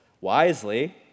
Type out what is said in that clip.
Wisely